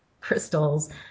crystals